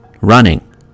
running